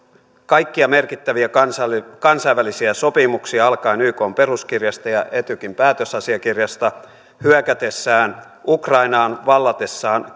kaikkia merkittäviä kansainvälisiä kansainvälisiä sopimuksia alkaen ykn peruskirjasta ja etykin päätösasiakirjasta hyökätessään ukrainaan vallatessaan